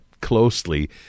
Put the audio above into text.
closely